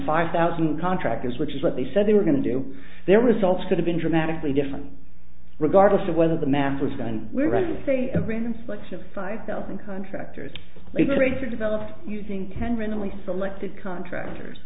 five thousand contractors which is what they said they were going to do their results could have been dramatically different regardless of whether the math was done we're going to see a random selection of five thousand contractors because rates are developed using ten randomly selected contractors